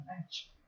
match